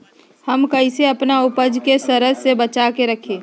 हम कईसे अपना उपज के सरद से बचा के रखी?